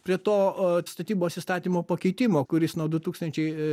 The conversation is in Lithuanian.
prie to statybos įstatymo pakeitimo kuris nuo du tūkstančiai